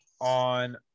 on